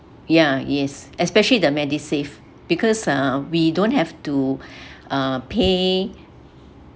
ya yes especially the MediSave because uh we don't have to uh pay